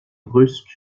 brusque